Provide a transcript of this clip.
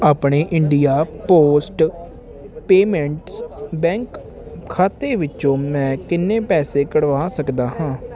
ਆਪਣੇ India Post Payments Bank ਖਾਤੇ ਵਿੱਚੋਂ ਮੈਂ ਕਿੰਨੇ ਪੈਸੇ ਕੱਢਵਾ ਸਕਦਾ ਹਾਂ